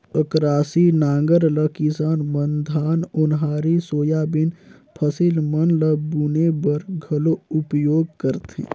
अकरासी नांगर ल किसान मन धान, ओन्हारी, सोयाबीन फसिल मन ल बुने बर घलो उपियोग करथे